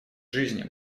жизни